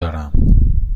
دارم